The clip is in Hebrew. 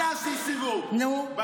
אל תעשי סיבוב, אל תעשי סיבוב.